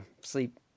sleep